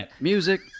music